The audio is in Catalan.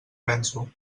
penso